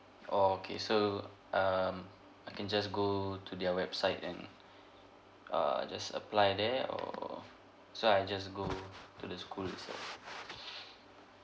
oh okay so um I can just go to their website and err just apply there or so I just go to the school itself